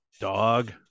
Dog